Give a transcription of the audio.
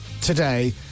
today